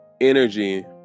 energy